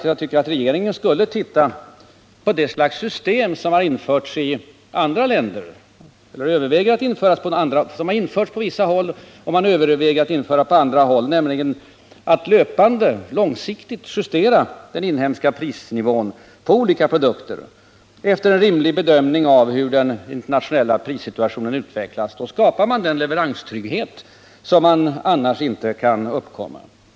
Jag tycker att regeringen skulle överväga det slags system som införts i vissa länder och som man funderar på att införa på andra håll, nämligen att löpande långsiktigt justera den inhemska prisnivån på olika produkter, efter en rimlig bedömning av hur den internationella prissituationen utvecklas. Då skapar man den leveranstrygghet som annars inte kan uppkomma.